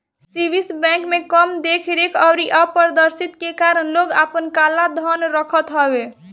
Swiss bank में कम देख रेख अउरी अपारदर्शिता के कारण लोग आपन काला धन रखत हवे